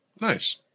Nice